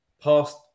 Past